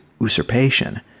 usurpation